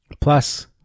plus